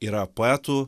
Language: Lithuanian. yra poetų